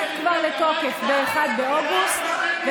נכנסת כבר לתוקף ב-1 באוגוסט.